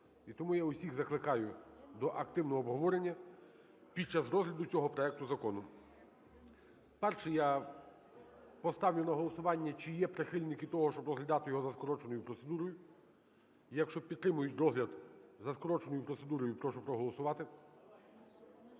і тому я всіх закликаю до активного обговорення під час розгляду цього проекту закону. Перше я поставлю на голосування, чи є прихильники того, щоб розглядати його за скороченою процедурою. Якщо підтримують розгляд за скороченою процедурою, прошу проголосувати.